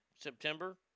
September